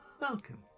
Welcome